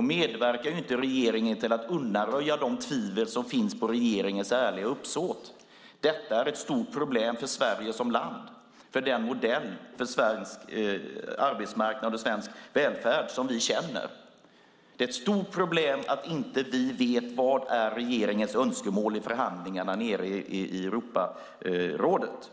medverkar inte regeringen till att undanröja de tvivel som finns på regeringens ärliga uppsåt. Det är ett stort problem för Sverige som land, för den modell för svensk arbetsmarknad och välfärd som vi känner. Det är ett stort problem att vi inte vet vad som är regeringens önskemål i förhandlingarna i Europeiska rådet.